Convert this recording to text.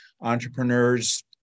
entrepreneurs